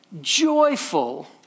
joyful